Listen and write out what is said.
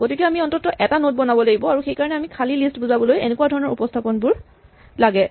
গতিকে আমি অন্তত্ত্ব এটা নড বনাব লাগিব আৰু সেইকাৰণে আমাক খালী লিষ্ট বুজাবলৈ এনেকুৱা ধৰণৰ উপস্হাপনবোৰ লাগে